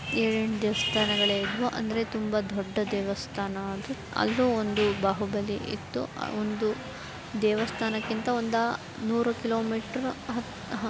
ಏಳೆಂಟು ದೇವಸ್ಥಾನಗಳೇ ಇದ್ದವು ಅಂದರೆ ತುಂಬ ದೊಡ್ಡ ದೇವಸ್ಥಾನ ಅದು ಅಲ್ಲೂ ಒಂದು ಬಾಹುಬಲಿ ಇತ್ತು ಆ ಒಂದು ದೇವಸ್ಥಾನಕ್ಕಿಂತ ಒಂದು ನೂರು ಕಿಲೋಮೀಟ್ರ್ ಹತ್ತು